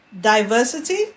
diversity